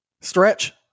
Stretch